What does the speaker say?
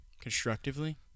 constructively